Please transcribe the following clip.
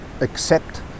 accept